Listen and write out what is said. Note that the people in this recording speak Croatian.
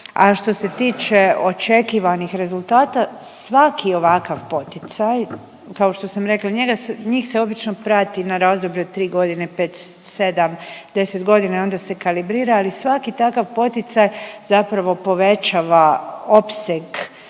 A što se tiče očekivanih rezultata, svaki ovakav poticaj, kao što sam rekla njega se, njih se obično prati na razdoblje od 3.g., 5, 7, 10.g. i onda se kalibrira, ali svaki takav poticaj zapravo povećava opseg